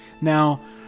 Now